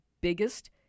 biggest